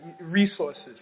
resources